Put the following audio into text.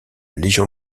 légion